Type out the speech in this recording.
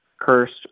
cursed